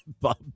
Bob